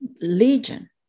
legion